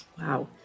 wow